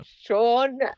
Sean